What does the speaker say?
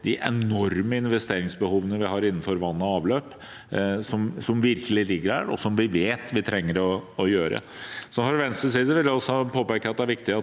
de enorme investeringsbehovene vi har innenfor vann og avløp, som virkelig ligger der, og som vi vet vi trenger å gjøre. Fra Venstres side vil jeg også påpeke at det er viktig at